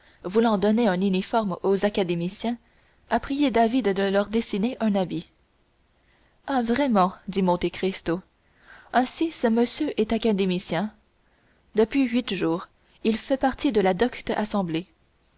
voulant donner un uniforme aux académiciens a prié david de leur dessiner un habit ah vraiment dit monte cristo ainsi ce monsieur est académicien depuis huit jours il fait partie de la docte assemblée